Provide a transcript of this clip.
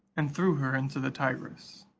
and threw her into the tigris?